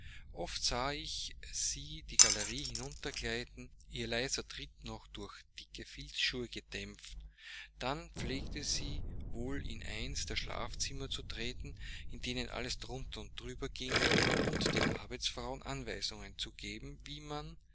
oft sah ich sie die galerie hinuntergleiten ihr leiser tritt noch durch dicke filzschuhe gedämpft dann pflegte sie wohl in eins der schlafzimmer zu treten in denen alles drunter und drüber ging und den arbeitsfrauen anweisungen zu geben wie man